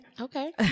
Okay